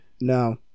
no